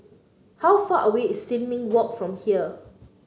how far away is Sin Ming Walk from here